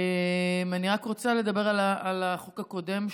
אני רק רוצה לדבר על החוק הקודם,